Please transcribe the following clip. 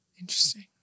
Interesting